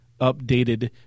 updated